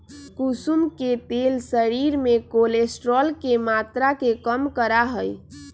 कुसुम के तेल शरीर में कोलेस्ट्रोल के मात्रा के कम करा हई